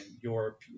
Europe